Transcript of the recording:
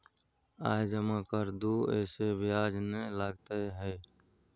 आय जमा कर दू ऐसे ब्याज ने लगतै है?